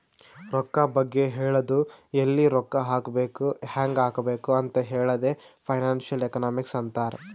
ರೊಕ್ಕಾ ಬಗ್ಗೆ ಹೇಳದು ಎಲ್ಲಿ ರೊಕ್ಕಾ ಹಾಕಬೇಕ ಹ್ಯಾಂಗ್ ಹಾಕಬೇಕ್ ಅಂತ್ ಹೇಳದೆ ಫೈನಾನ್ಸಿಯಲ್ ಎಕನಾಮಿಕ್ಸ್ ಅಂತಾರ್